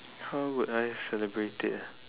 how would I celebrate it ah